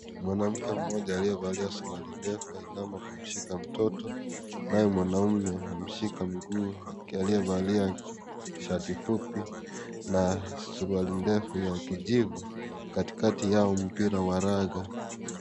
Mwanamke mmoja aliyevalia suruali ndefu anainama kumshika mtoto naye mwanaume amshika mguu aliyevalia shati fupi na suruali ndefu ya kijivu katikati yao mpira wa kiraga.